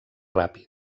ràpid